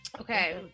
Okay